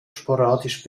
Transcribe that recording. sporadisch